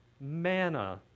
manna